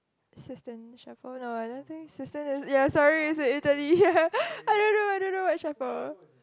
Sistine-Chapel no I don't think Sistine ya sorry is in Italy ya I don't know I don't know what chapel